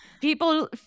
people